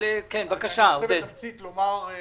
ואם אוכל במגבלות האלה להתייחס אשמח להתייחס.